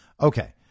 Okay